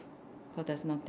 cause there's nothing